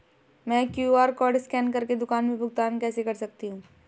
मैं QR code scan कर के दुकान में भुगतान कैसे कर सकती हूँ?